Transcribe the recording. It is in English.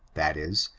that is,